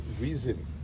reason